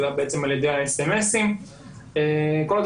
אלא על ידי האס.אמ.אסים.